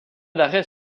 d’arrêt